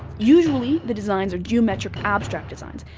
usually, the designs are geometric abstract designs,